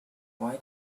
why